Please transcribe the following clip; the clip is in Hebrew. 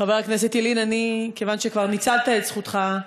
חבר הכנסת ילין, כיוון שכבר ניצלת את זכותך,